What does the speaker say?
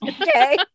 okay